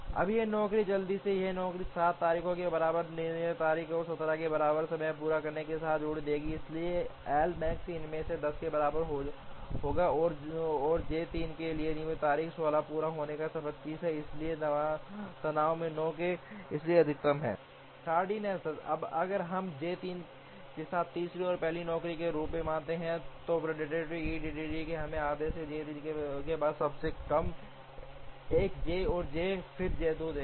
अब यह नौकरी जल्दी है यह नौकरी 7 तारीख के बराबर नियत तारीख और 17 के बराबर समय पूरा करने के साथ टेडी है इसलिए एल मैक्स इसमें से 10 के बराबर है और जे 3 के लिए नियत तारीख 16 पूरा होने का समय 25 है इसलिए तनाव 9 है इसलिए अधिकतम tardiness 10 अब अगर हम J 3 के साथ तीसरे को पहली नौकरी के रूप में मानते हैं तो प्रीडेप्टिव EDD हमें आदेश J 3 के बाद सबसे कम एक J 1 और फिर J 2 देगा